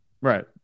right